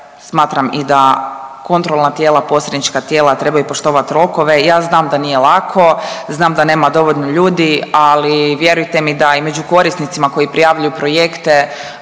smatram i da kontrolna tijela, posrednička tijela trebaju poštovati rokove, ja znam da nije lako, znam da nema dovoljno ljudi, ali vjerujte mi i da među korisnicima koji prijavljuju projekte,